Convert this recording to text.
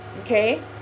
Okay